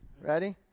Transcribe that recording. Ready